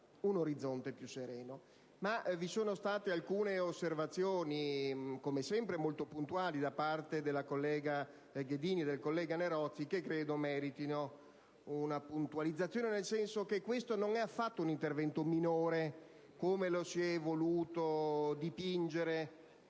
un orizzonte più sereno. Ma vi sono state anche alcune osservazioni, come sempre molto puntuali, da parte della collega Ghedini e del collega Nerozzi che credo meritino una puntualizzazione. Questo non è affatto un intervento minore, come lo si è voluto dipingere,